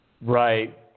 Right